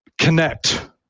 connect